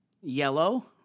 yellow